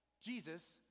Jesus